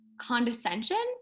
condescension